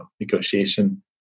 negotiation